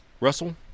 Russell